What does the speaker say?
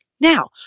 Now